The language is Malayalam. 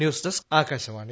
news desk Akashvani